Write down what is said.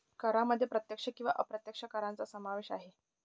करांमध्ये प्रत्यक्ष किंवा अप्रत्यक्ष करांचा समावेश आहे